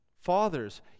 fathers